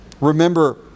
Remember